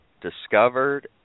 discovered